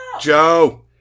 Joe